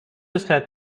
said